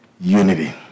Unity